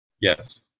Yes